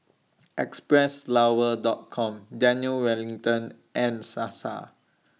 Xpressflower Dot Com Daniel Wellington and Sasa